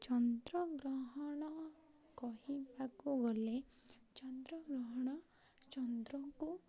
ଚନ୍ଦ୍ରଗ୍ରହଣ କହିବାକୁ ଗଲେ ଚନ୍ଦ୍ରଗ୍ରହଣ ଚନ୍ଦ୍ରଙ୍କୁ